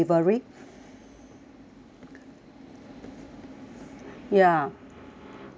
ya